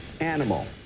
animal